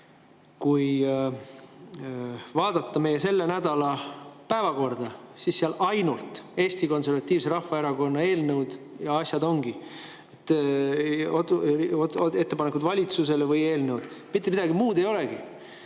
et vaadake meie selle nädala päevakorda, seal ongi ainult Eesti Konservatiivse Rahvaerakonna asjad: ettepanekud valitsusele või eelnõud. Mitte midagi muud ei olegi.